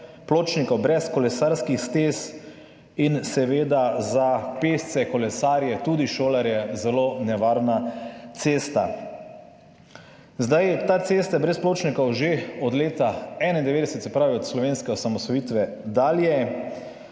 pločnikov, brez kolesarskih stez in seveda za pešce, kolesarje, tudi šolarje zelo nevarna cesta. Ta cesta je brez pločnikov že od leta 1991, se pravi od slovenske osamosvojitve dalje.